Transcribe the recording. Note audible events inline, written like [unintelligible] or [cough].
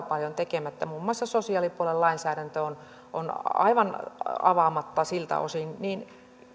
[unintelligible] paljon tekemättä muun muassa sosiaalipuolen lainsääntö on aivan avaamatta siltä osin